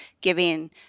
giving